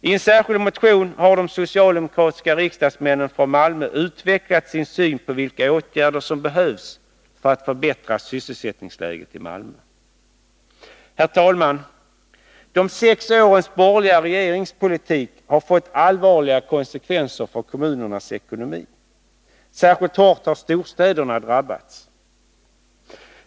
I en särskild motion har de socialdemokratiska riksdagsmännen från Malmö utvecklat sin syn på vilka åtgärder som behövs för att förbättra sysselsättningsläget i Malmö. Herr talman! De sex årens borgerliga regeringspolitik har fått allvarliga konsekvenser för kommunernas ekonomi. Särskilt hårt har storstäderna drabbats.